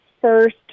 first